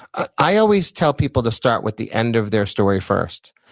i always tell people to start with the end of their story first.